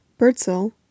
Bertzel